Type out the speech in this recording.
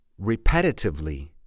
repetitively